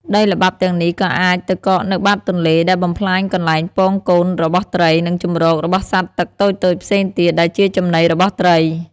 ដីល្បាប់ទាំងនេះក៏អាចទៅកកនៅបាតទន្លេ ដែលបំផ្លាញកន្លែងពងកូនរបស់ត្រី និងជម្រករបស់សត្វទឹកតូចៗផ្សេងទៀត ដែលជាចំណីរបស់ត្រី។